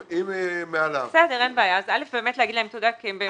ראשית, באמת לומר להם תודה.